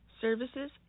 Services